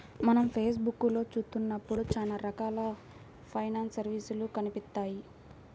మనం ఫేస్ బుక్కులో చూత్తన్నప్పుడు చానా రకాల ఫైనాన్స్ సర్వీసులు కనిపిత్తాయి